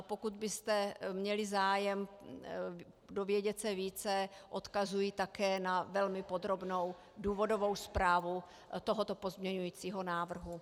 Pokud byste měli zájem se dovědět víc, odkazuji také na velmi podrobnou důvodovou zprávu tohoto pozměňujícího návrhu.